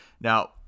Now